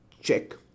check